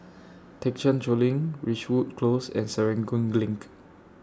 Thekchen Choling Ridgewood Close and Serangoon LINK